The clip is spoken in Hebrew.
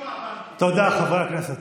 תודה, חברי הכנסת.